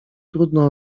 trudno